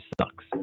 sucks